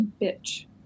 bitch